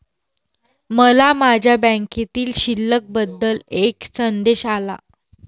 मला माझ्या बँकेतील शिल्लक बद्दल एक संदेश आला